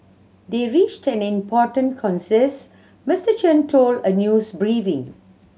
they reached an important consensus Mister Chen told a news briefing